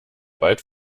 bald